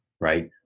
right